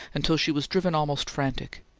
until she was driven almost frantic,